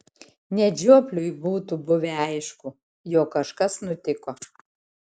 net žiopliui būtų buvę aišku jog kažkas nutiko